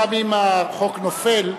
גם אם החוק נופל,